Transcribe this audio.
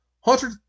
Hunter